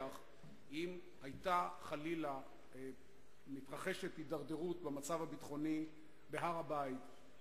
אם היתה חלילה מתרחשת הידרדרות במצב הביטחוני בהר-הבית,